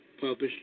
published